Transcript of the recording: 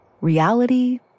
reality